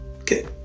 Okay